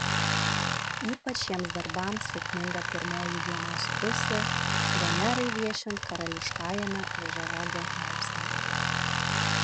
ypač šiems darbams sėkminga pirmoji dienos pusė venerai viešint karališkajame ožiaragio laipsnyje